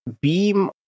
beam